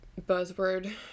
buzzword